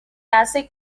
hace